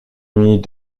nuit